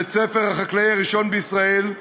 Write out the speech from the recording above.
בית הספר החקלאי הראשון בישראל.